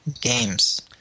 games